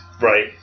Right